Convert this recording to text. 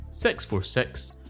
646